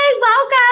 Welcome